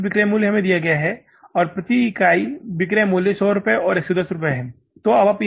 प्रति यूनिट बिक्री मूल्य हमें दिया जाता है और प्रति इकाई बिक्री मूल्य 100 रुपये और 110 रुपये है